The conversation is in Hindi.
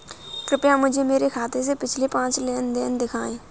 कृपया मुझे मेरे खाते से पिछले पाँच लेन देन दिखाएं